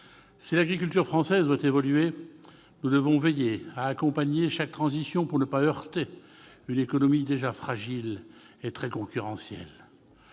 Si l'agriculture française doit évoluer, nous devons veiller à accompagner chaque transition pour ne pas heurter une économie déjà fragile et très concurrentielle.